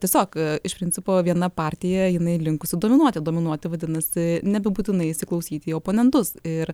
tiesiog iš principo viena partija jinai linkusi dominuoti dominuoti vadinasi nebebūtinai įsiklausyti į oponentus ir